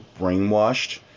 brainwashed